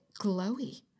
glowy